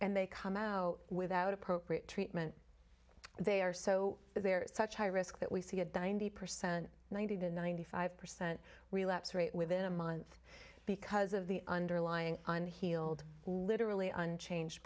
and they come out without appropriate treatment they are so there is such high risk that we see a percent ninety to ninety five percent relapse rate within a month because of the underlying and healed literally unchanged